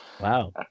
Wow